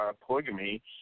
polygamy